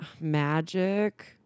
Magic